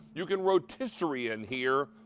you can rotisserie in here,